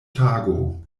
tago